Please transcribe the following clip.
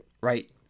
right